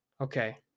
okay